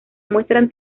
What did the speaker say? muestran